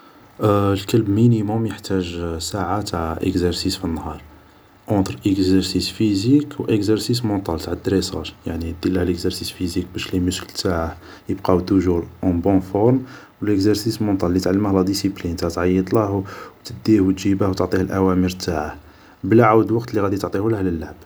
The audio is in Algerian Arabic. الكلب مينيموم يحتاج ساعة تاع اكزارسيس في النهار اونتر ايكزارسيس فيزيك و اكزارسيس مونطال تاع دريساج يعني ديرله ليكزارسيس فيزيك باش لي موسكل تاعه يبقاو توجور اون بون فورم و ايكزارسيس مونطال لي تعلمه لا ديسيبلين تاع تعيطله و تديه و تجيبه و تعطيه أوامر تاعه بلا عاود الوفت اللي غادي تعطيهواه للعب